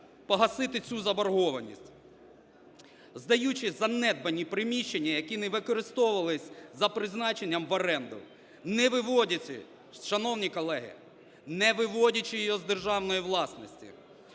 погасити цю заборгованість, здаючи занедбані приміщення, які не використовувалися за призначенням, в оренду, не виводячи… Шановні